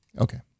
Okay